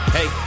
Hey